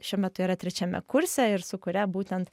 šiuo metu yra trečiame kurse ir su kuria būtent